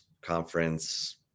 conference